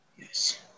Yes